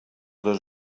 dos